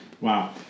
Wow